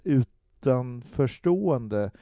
utanförstående